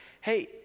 Hey